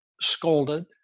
scolded